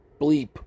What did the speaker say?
bleep